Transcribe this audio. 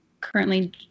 currently